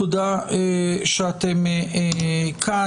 תודה שאתם כאן.